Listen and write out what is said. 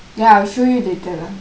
ya I will show you later lah